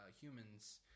humans